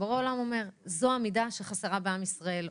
בורא עולם אומר: זו המידה שחסרה בעם ישראל,